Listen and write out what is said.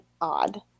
odd